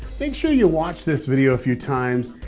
make sure you watch this video a few times,